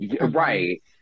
Right